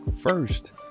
First